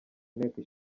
nteko